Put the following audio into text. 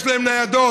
יש להם ניידות,